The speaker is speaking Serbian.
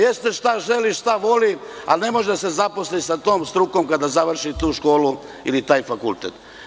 Jeste, šta želi i šta voli, ali ne može da se zaposli sa tom strukom kada završi tu školu ili taj fakultet.